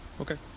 Okay